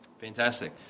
Fantastic